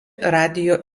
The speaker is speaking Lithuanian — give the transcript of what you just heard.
radijo